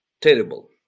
terrible